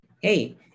hey